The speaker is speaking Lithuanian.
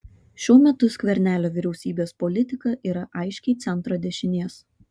šiuo metu skvernelio vyriausybės politika yra aiškiai centro dešinės